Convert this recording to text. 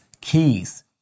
keys